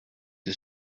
que